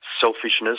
selfishness